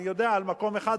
אני יודע על מקום אחד,